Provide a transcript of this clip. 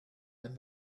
and